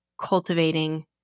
cultivating